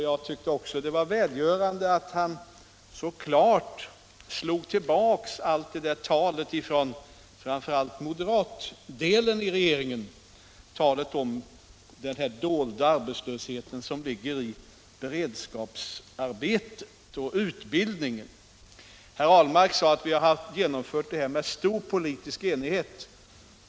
Jag tycker också att det var välgörande att han så klart slog tillbaka allt tal från framför allt moderatdelen i regeringen om den dolda arbetslöshet som ligger i beredskapsarbete och utbildning. Herr Ahlmark sade att vi genomfört dessa reformer i stor politisk enighet.